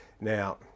Now